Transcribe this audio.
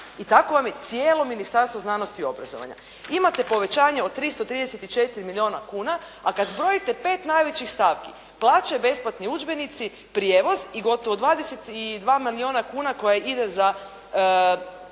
I takvo vam je cijelo Ministarstvo znanosti i obrazovanja. Imate povećanje od 334 milijuna kuna, a kada zbrojite 5 najvećih stavke, plaće besplatnih udžbenici, prijevoz i gotovo 22 milijuna kuna koja ide za